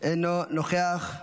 אינו נוכח.